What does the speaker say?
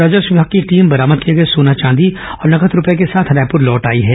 राजस्व विमाग की टीम बरामद किए गए सोना चांदी और नगद रूपये के साथ रायप्र लौट आई है